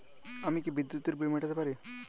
আমি কি বিদ্যুতের বিল মেটাতে পারি?